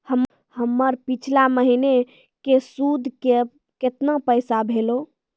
हमर पिछला महीने के सुध के केतना पैसा भेलौ?